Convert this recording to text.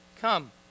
come